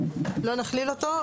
לא נכליל אותו.